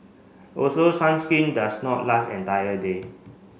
also sunscreen does not last entire day